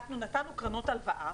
נתנו קרנות הלוואה,